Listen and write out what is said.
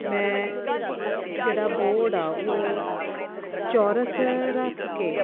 ਮੈਂ ਜਿਹੜਾ ਬੋਰਡ ਆ ਉਹ ਚੌਰਸ ਰੱਖ ਕੇ